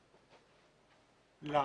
למה?